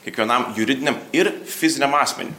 kiekvienam juridiniam ir fiziniam asmeniui